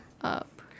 up